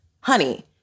honey-